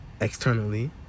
externally